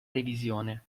revisione